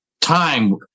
time